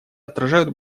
отражают